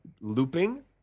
Looping